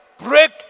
break